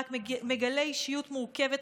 רק מגלה אישיות מורכבת,